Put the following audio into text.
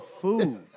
food